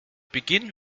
beginn